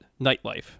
Nightlife